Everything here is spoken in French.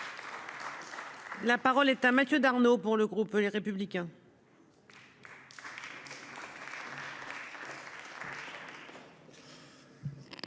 La parole est à Mathieu Darnaud pour le groupe Les Républicains.